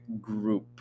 group